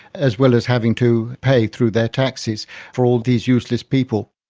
as well as having to pay through their taxes for all these useless people.